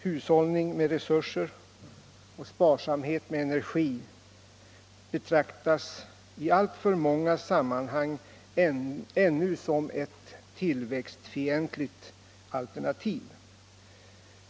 Hushållning med resurser och sparsamhet med energi betraktas i allför många sammanhang ännu som ett tillväxtfientligt alternativ.